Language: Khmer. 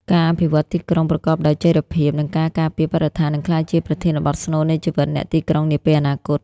ការអភិវឌ្ឍទីក្រុងប្រកបដោយចីរភាព និងការការពារបរិស្ថាន នឹងក្លាយជាប្រធានបទស្នូលនៃជីវិតអ្នកទីក្រុងនាពេលអនាគត។